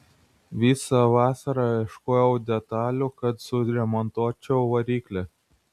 visą vasarą ieškojau detalių kad suremontuočiau variklį